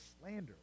slander